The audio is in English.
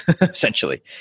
essentially